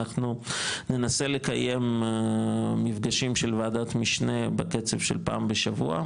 אנחנו ננסה לקיים מפגשים של וועדת משנה בקצב של פעם בשבוע,